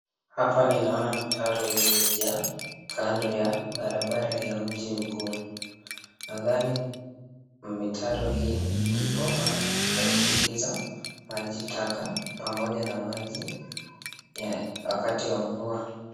Hapa ninaona mtaro iliyojaa kando ya barabara ya mji mkuu. Nadhani mitaro hii ni bomba ya kupitisha maji taka pamoja na maji wakati wa mvua.